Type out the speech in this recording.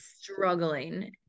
struggling